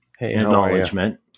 acknowledgement